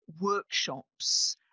workshops